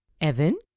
Evan